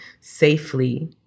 safely